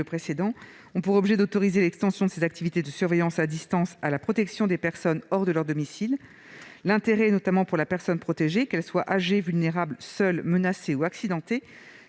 amendement a pour objet d'autoriser l'extension des activités de surveillance à distance à la protection des personnes hors de leur domicile. L'intérêt pour la personne protégée, qu'elle soit âgée, vulnérable, seule, menacée ou accidentée,